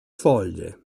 foglie